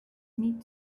meet